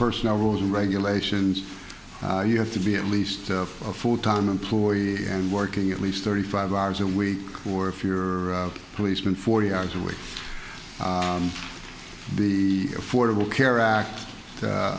personal rules and regulations you have to be at least a full time employee and working at least thirty five hours a week or if you're a policeman forty hours a week the affordable care act